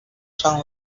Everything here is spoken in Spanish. san